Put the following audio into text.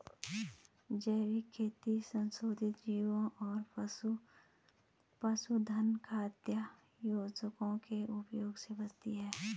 जैविक खेती संशोधित जीवों और पशुधन खाद्य योजकों के उपयोग से बचाती है